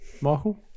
Michael